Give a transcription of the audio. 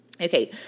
Okay